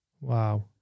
Wow